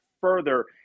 further